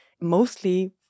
mostly